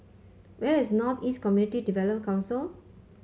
where is North East Community Development Council